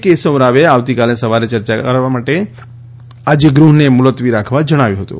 કેશવ રાવે આવતી કાલે સવારે ચર્ચા કરવા માટે આજે ગૃહને મુલતવી રાખવા જણાવ્યું હતું